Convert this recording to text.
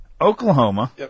Oklahoma